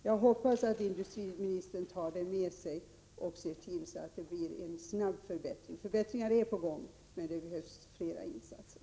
Jag hoppas att industriministern tar den frågan med sig och ser till att det blir en snabb förbättring. Förbättringar är visserligen på gång, men det behövs flera insatser.